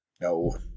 No